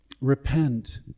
Repent